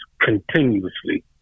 continuously